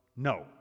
no